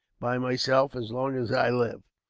by myself, as long as i live.